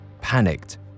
panicked